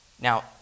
Now